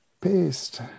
paste